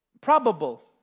probable